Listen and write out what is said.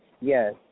yes